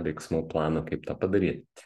veiksmų plano kaip tą padaryti